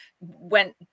went